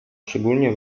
szczególnie